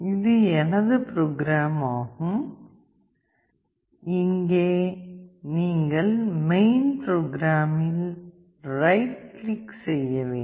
இது எனது ப்ரோக்ராம் ஆகும் நீங்கள் இங்கே மெயின் ப்ரோக்ராமில் ரைட் கிளிக் செய்ய வேண்டும்